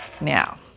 Now